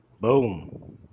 Boom